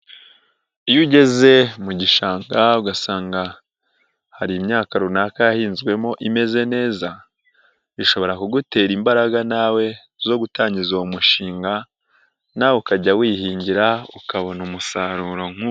Iyo ugeze mu gishanga ugasanga hari imyaka runaka yahinzwemo imeze neza, bishobora kugutera imbaraga nawe zo gutangiza uwo mushinga, nawe ukajya wihingira ukabona umusaruro nk'uwo.